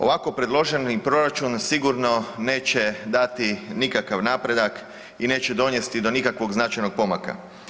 Ovako predloženi proračun sigurno neće dati nikakav napredak i neće donesti do nikakvog značajnog pomaka.